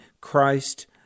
Christ